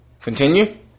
Continue